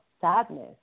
sadness